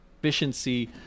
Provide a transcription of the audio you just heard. efficiency